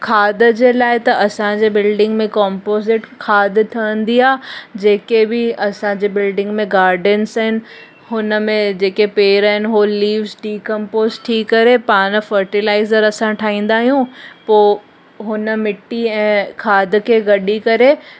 खाद जे लाइ त असांजे बिल्डींग में कॉम्पोज़ीट खाद ठहंदी आहे जेके बि असांजे बिल्डींग में गार्डन्स आहिनि हुनमें जेके बि पेड़ आहिनि हो लिव्स डीकंपोस्ट थी करे पाण फर्टीलाइज़र असां ठाहींदा आहियूं पोइ हुन मिटी ऐं खाद खे गॾे करे